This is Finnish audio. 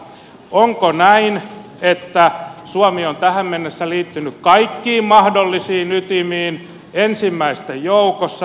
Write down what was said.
onko näin että suomi on tähän mennessä liittynyt kaikkiin mahdollisiin ytimiin ensimmäisten joukossa